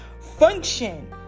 function